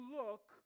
look